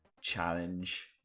Challenge